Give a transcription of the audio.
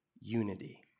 unity